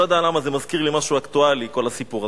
אני לא יודע למה זה מזכיר לי משהו אקטואלי כל הסיפור הזה.